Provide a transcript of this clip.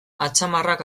atzamarrak